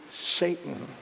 Satan